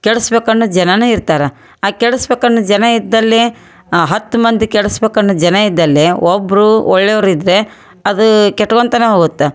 ಕೆಡ್ಸ್ಬೇಕು ಅನ್ನೋ ಜನರೂ ಇರ್ತಾರೆ ಆ ಕೆಡಸ್ಬೇಕು ಅನ್ನೋ ಜನ ಇದ್ದಲ್ಲಿ ಹತ್ತು ಮಂದಿ ಕೆಡಿಸ್ಬೇಕ್ ಅನ್ನೋ ಜನ ಇದ್ದಲ್ಲಿ ಒಬ್ರು ಒಳ್ಳೇವ್ರು ಇದ್ದರೆ ಅದು ಕೆಟ್ಕೊಂತನೆ ಹೋಗುತ್ತೆ